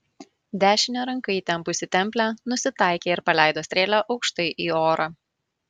dešine ranka įtempusi templę nusitaikė ir paleido strėlę aukštai į orą